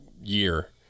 year